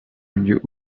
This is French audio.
milieux